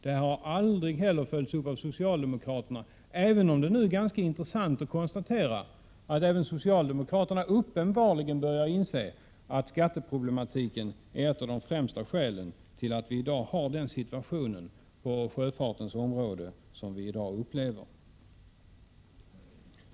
Det har heller aldrig följts upp av socialdemokraterna, även om det nu är ganska intressant att konstatera att även socialdemokraterna uppenbarligen börjar inse att skatteproblematiken är ett av de främsta skälen till att vi i dag har den situation på sjöfartens område som vi upplever.